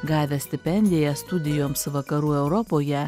gavęs stipendiją studijoms vakarų europoje